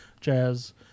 jazz